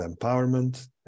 empowerment